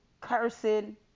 cursing